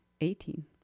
Eighteen